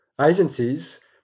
agencies